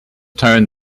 turned